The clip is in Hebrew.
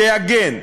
שיגן,